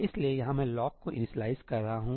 इसलिए यहां मैं लॉक को इनिशियलाइज़ कर रहा हूं